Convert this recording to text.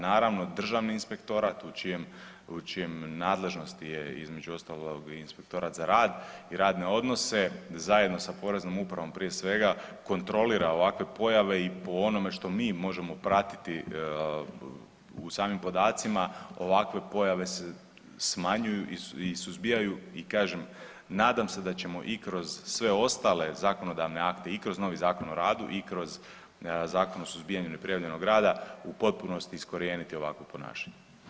Naravno, Državni inspektorat u čijem, u čijem nadležnosti je, između ostalog i Inspektorat za rad i radne odnose, zajedno sa Poreznom upravom, prije svega, kontrolira ovakve pojave i po onome što mi možemo pratiti u samim podacima, ovakve pojave se smanjuju i suzbijaju i kažem, nadam se da ćemo i kroz sve ostale zakonodavne akte i kroz novi Zakon o radu i kroz zakon o suzbijanju neprijavljenog rada u potpunosti iskorijeniti ovakvo ponašanje.